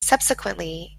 subsequently